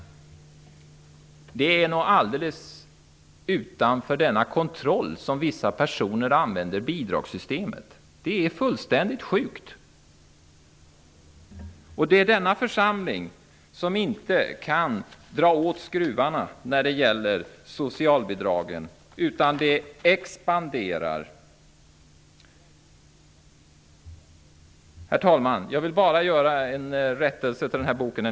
Vissa personer använder bidragssystemet bortom all kontroll. Det är fullständigt sjukt! Denna församling kan inte kan dra åt skruvarna när det gäller socialbidragen, utan systemet expanderar. Jag vill göra en rättelse angående boken som jag nämnde.